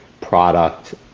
product